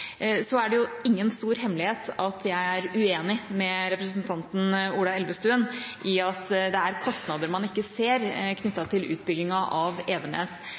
Så er det ingen stor hemmelighet at jeg er uenig med representanten Ola Elvestuen i at det er kostnader man ikke ser knyttet til utbyggingen av Evenes.